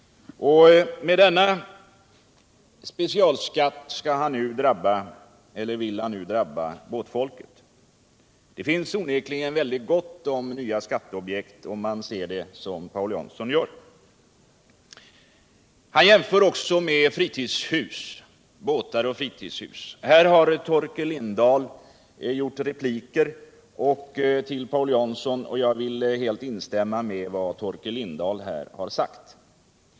Med denna specialskat vill han nu drabba båtfolket. Det finns onekligen gott om nya skatteobjekt om man ser det som Paul Jansson gör. Paul Jansson jämförde också båtar och fritidshus. Jag vill helt instämma i vad Torkel Lindahl på denna punkt sagt i sina repliker till Paul Jansson.